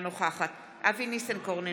אינה נוכחת אבי ניסנקורן,